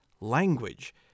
language